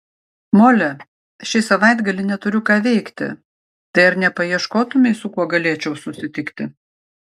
mole šį savaitgalį neturiu ką veikti tai ar nepaieškotumei su kuo galėčiau susitikti